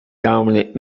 dominant